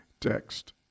text